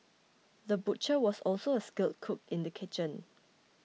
the butcher was also a skilled cook in the kitchen